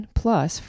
plus